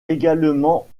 également